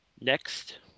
Next